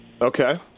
Okay